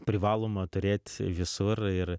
privaloma turėt visur ir